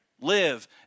Live